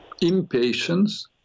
Impatience